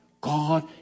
God